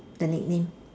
the nickname